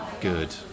good